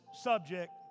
subject